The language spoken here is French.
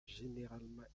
généralement